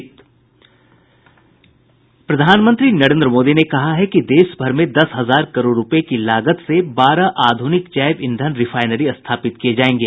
प्रधानमंत्री नरेंद्र मोदी ने कहा है कि देश भर में दस हजार करोड़ रुपये की लागत से बारह आधुनिक जैव ईंधन रिफाइनरी स्थापित किए जाएंगे